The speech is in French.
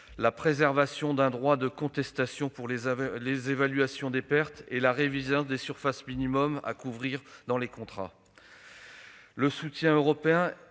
la préservation d'un droit de contestation pour les évaluations des pertes et à la révision des surfaces minimales à couvrir dans les contrats. Le soutien européen